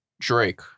Drake